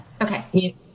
Okay